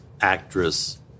actress